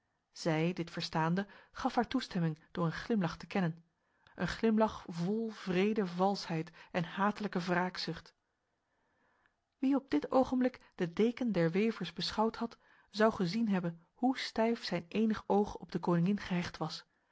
zij dit verstaande gaf haar toestemming door een glimlach te kennen een glimlach vol wrede valsheid en hatelijke wraakzucht wie op dit ogenblik de deken der wevers beschouwd had zou gezien hebben hoe stijf zijn enig oog op de koningin gehecht was